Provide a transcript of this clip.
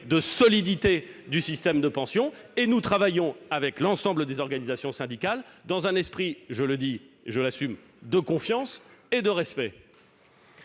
de solidité du système de pension. Nous travaillons donc avec l'ensemble des organisations syndicales dans un esprit- je le dis et je l'assume -de confiance et de respect.